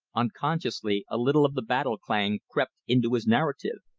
unconsciously a little of the battle clang crept into his narrative.